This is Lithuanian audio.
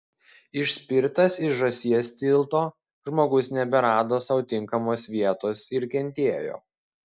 išspirtas iš žąsies tilto žmogus neberado sau tinkamos vietos ir kentėjo